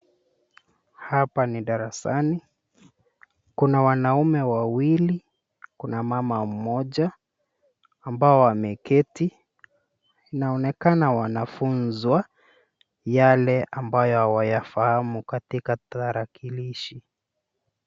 Hapa ni darasani, kuna wanaume wawili, kuna mama mmoja ambao wameketi. Inaonekana wanafunzwa yale ambayo hawayafahamu katika tarakilishi.